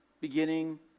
beginning